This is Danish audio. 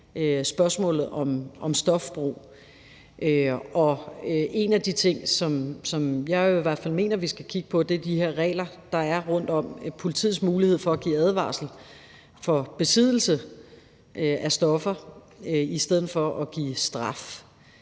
spørgsmålet om stofbrug. En af de ting, som jeg i hvert fald mener at vi skal kigge på, er de her regler, der er rundtom. Det kunne være politiets mulighed for at give en advarsel for besiddelse af stoffer i stedet for at give straf.